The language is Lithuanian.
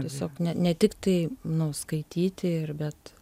tiesiog ne ne tiktai nu skaityti ir bet